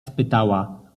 spytała